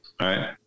right